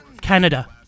canada